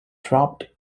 dropped